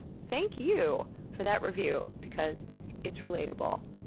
thank you for that review because it's relatable.